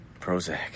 Prozac